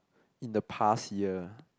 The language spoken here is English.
in the past year